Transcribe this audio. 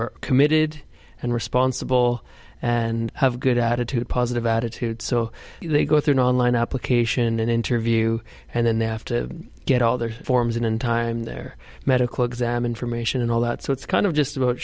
are committed and responsible and have good attitude positive attitude so they go through an online application and interview and then they have to get all their forms and in time their medical exam information and all that so it's kind of just about